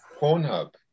Pornhub